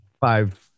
five